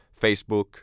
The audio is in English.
Facebook